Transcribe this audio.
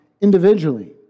individually